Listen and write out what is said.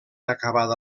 acabada